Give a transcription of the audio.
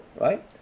right